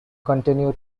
continue